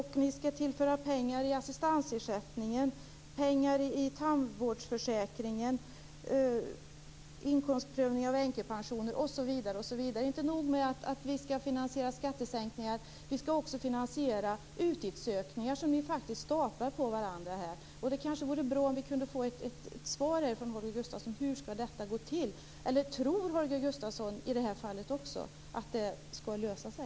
Dessutom skall ni tillföra pengar i assistansersättningen och pengar i tandvårdsförsäkringen. Vidare gäller det inkomstprövningen av änkepensioner osv. Inte nog med att vi skall finansiera skattesänkningar. Vi skall också finansiera utgiftsökningar som ni faktiskt staplar på varandra här. Det vore nog bra om vi kunde få ett svar från Holger Gustafsson på frågan om hur detta skall gå till. Eller tror Holger Gustafsson också i det här fallet att det löser sig?